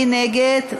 מי נגד?